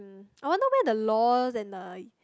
I wonder where the lor and the